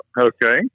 Okay